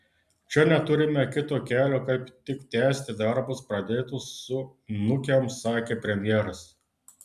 čia neturime kito kelio kaip tik tęsti darbus pradėtus su nukem sakė premjeras